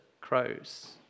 crows